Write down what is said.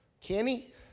Kenny